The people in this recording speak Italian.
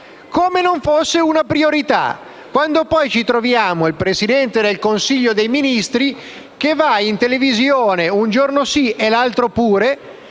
se non fosse una priorità. Poi ci troviamo il Presidente del Consiglio dei ministri che va in televisione, un giorno sì e l'altro pure,